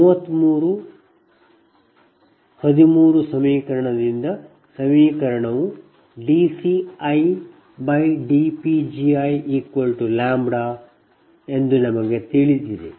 33 13 ಸಮೀಕರಣದಿಂದ ಸಮೀಕರಣವು dCidPgi λ ಎಂದು ನಮಗೆ ತಿಳಿದಿದೆ